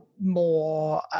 more